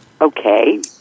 Okay